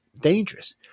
dangerous